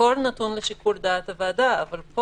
הכול נתון לשיקול דעת הוועדה אבל פה